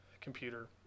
computer